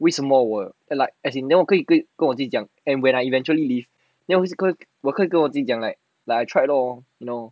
为什么我 as in then 我可以跟我自己讲 when I eventually leave then 我可以跟我自己讲 I tried lor